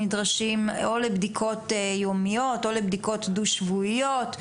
נדרשים או לבדיקות יומיות או לבדיקות דו שבועיות,